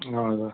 हजुर